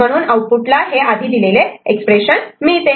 म्हणून आऊटपुट ला हे आधी दिलेले एक्सप्रेशन मिळते